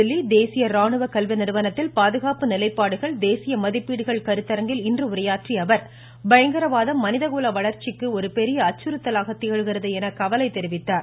புதுதில்லி தேசிய ராணுவ கல்வி நிறுவனத்தில் பாதுகாப்பு நிலைப்பாடுகள் தேசிய மதிப்பீடுகள் கருத்தரங்கில் இன்று உரையாற்றிய அவர் பயங்கரவாதம் மனித குல வளர்ச்சிக்கு ஒரு பெரிய அச்சுறுத்தலாக திகழ்கிறது என்று கவலை தெரிவித்தார்